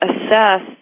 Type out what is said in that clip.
assess